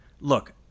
look